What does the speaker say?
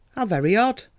how very odd,